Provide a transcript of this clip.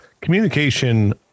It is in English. Communication